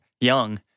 young